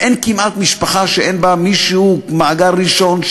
ואין כמעט משפחה שאין בה מישהו ממעגל ראשון,